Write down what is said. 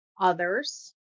others